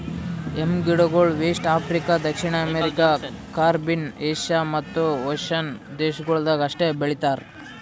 M ಗಿಡಗೊಳ್ West Africa, ದಕ್ಷಿಣ America, Caribbean, Asia ಮತ್ತ್ ಓಷನ್ನ ದೇಶಗೊಳ್ದಾಗ್ ಅಷ್ಟೆ ಬೆಳಿತಾರ್